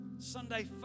Sunday